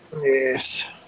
Yes